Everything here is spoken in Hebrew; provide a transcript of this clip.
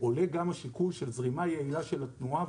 עולה גם שיקול של זרימה יעילה של התנועה,